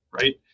right